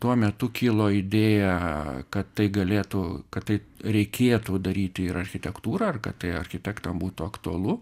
tuo metu kilo idėja kad tai galėtų kad tai reikėtų daryti ir architektūrą ir kad tai architektam būtų aktualu